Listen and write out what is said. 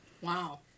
Wow